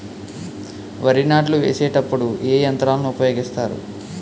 వరి నాట్లు వేసేటప్పుడు ఏ యంత్రాలను ఉపయోగిస్తారు?